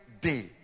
day